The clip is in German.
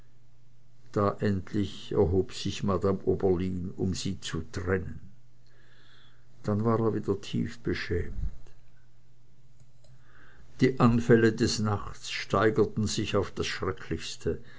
da endlich erhob sich madame oberlin um sie zu trennen dann war er wieder tief beschämt die zufälle des nachts steigerten sich aufs schrecklichste